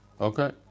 Okay